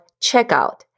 checkout